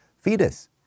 fetus